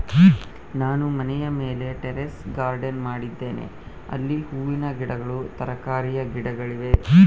ನಾನು ಮನೆಯ ಮೇಲೆ ಟೆರೇಸ್ ಗಾರ್ಡೆನ್ ಮಾಡಿದ್ದೇನೆ, ಅಲ್ಲಿ ಹೂವಿನ ಗಿಡಗಳು, ತರಕಾರಿಯ ಗಿಡಗಳಿವೆ